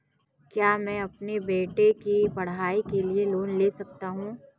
क्या मैं अपने बेटे की पढ़ाई के लिए लोंन ले सकता हूं?